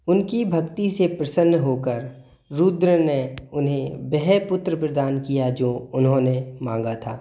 उनकी भक्ति से प्रसन्न होकर रुद्र ने उन्हें वह पुत्र प्रदान किया जो उन्होंने माँगा था